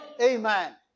Amen